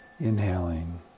inhaling